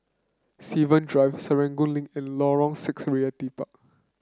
Seven Drive Serangoon Link and Lorong Six Realty Park